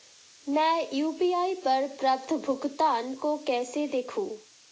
मैं यू.पी.आई पर प्राप्त भुगतान को कैसे देखूं?